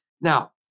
Now